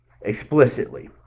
Explicitly